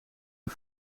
een